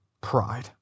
pride